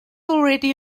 already